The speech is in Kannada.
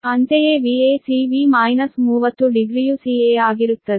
ಅಂತೆಯೇ Vac V∟ 30 ಡಿಗ್ರಿಯು ca ಆಗಿರುತ್ತದೆ